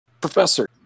Professor